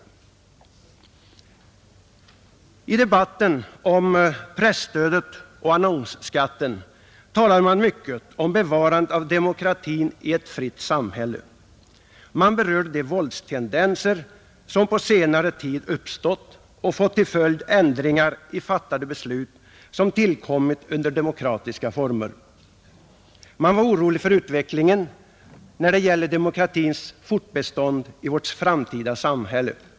I debatten om presstödet och annonsskatten talade man mycket om bevarandet av demokratin i ett fritt samhälle. Man berörde de våldstendenser som på senare tid uppstått och fått till följd ändringar i fattade beslut, som tillkommit under demokratiska former. Man var orolig för utvecklingen när det gäller demokratins fortbestånd i vårt framtida samhälle.